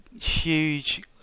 huge